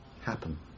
happen